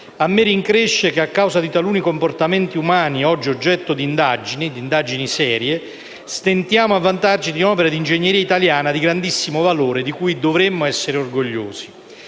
A me rincresce che, a causa di taluni comportamenti umani oggi oggetto di indagini serie, stentiamo a vantarci di opere di ingegneria italiana di grandissimo valore, di cui dovremmo essere orgogliosi.